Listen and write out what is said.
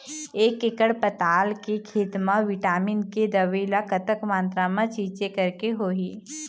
एक एकड़ पताल के खेत मा विटामिन के दवई ला कतक मात्रा मा छीचें करके होही?